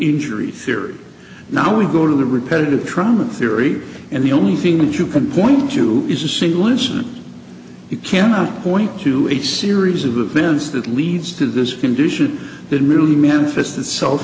injury theory now we go to the repetitive trauma theory and the only thing that you can point to is a single incident you cannot point to a series of events that leads to this condition didn't really manifest itself